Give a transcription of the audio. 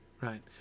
right